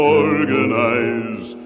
organize